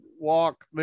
walk